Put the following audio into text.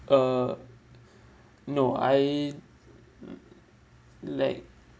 uh no I mm like